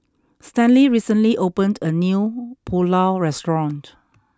Stanley recently opened a new Pulao restaurant